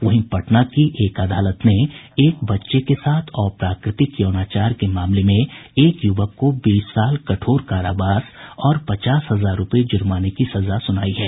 वहीं पटना की एक अदालत ने एक बच्चे के साथ अप्राकृतिक यौनाचार के मामले में एक यूवक को बीस साल कठोर कारावास और पचास हजार रूपये जूर्माने की सजा सुनायी है